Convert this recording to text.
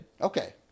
Okay